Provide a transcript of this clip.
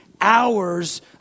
hours